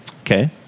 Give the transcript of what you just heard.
Okay